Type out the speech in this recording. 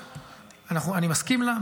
אני מסכים לה,